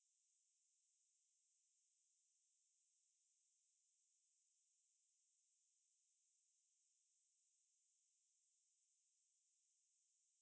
I mean ya when the demand increases the supply has to increase and an effect for industries they don't care like how they make their supplies go high